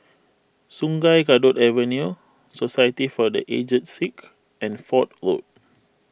Sungei Kadut Avenue Society for the Aged Sick and Fort Road